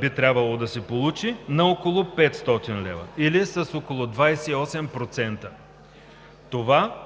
би трябвало да се получи, на около 500 лв., или с около 28%. Това